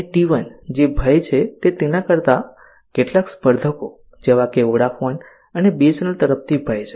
અને T1 જે ભય છે તે તેના કેટલાક સ્પર્ધકો જેવા કે વોડાફોન અને BSNL તરફથી ભય છે